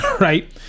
right